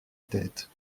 tête